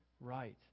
right